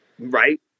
right